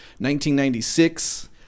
1996